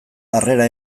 harrera